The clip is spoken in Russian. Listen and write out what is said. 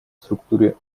структуре